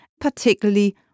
particularly